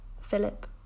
philip